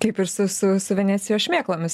kaip ir su su su venecijos šmėklomis